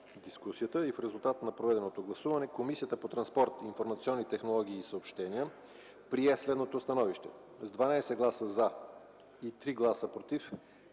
дискусията и в резултат на проведеното гласуване Комисията по транспорт, информационни технологии и съобщения прие следното становище: с 12 гласа – „за” и 3 гласа – „против”